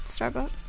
Starbucks